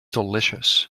delicious